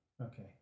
Okay